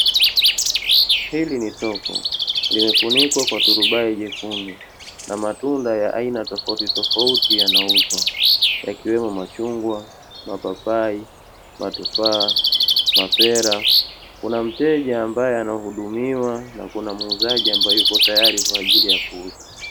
Hili ni soko limefunikwa kwa turubai jekundu, na matunda ya aina tofauti tofauti yanauzwa, yakiwemo machungwa, mapapai, matufaa, mapera, kuna mteja ambaye anahudumiwa na kuna muuzaji ambaye yupo tayari kwa ajili ya kuuza.